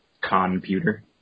computer